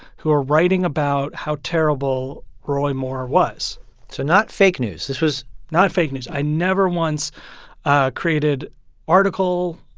who are writing about how terrible roy moore was so not fake news. this was. not fake news. i never once ah created article,